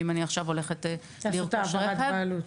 אם אני עכשיו הולכת לרכוש רכב --- לעשות העברת בעלות?